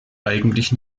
eigentlich